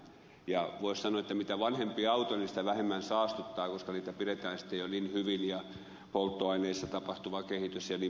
voisi sanoa että mitä vanhempi auto niin sitä vähemmän saastuttaa koska niitä pidetään sitten jo niin hyvin ja polttoaineissa tapahtuva kehitys jnp